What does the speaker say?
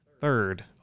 third